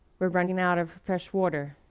we're running out of fresh water.